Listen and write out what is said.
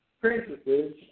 princesses